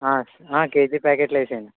KG ప్యాకెట్లేసేయండి